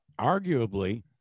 arguably